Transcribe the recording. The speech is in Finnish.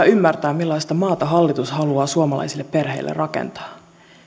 ymmärtää millaista maata hallitus haluaa suomalaisille perheille rakentaa